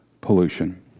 pollution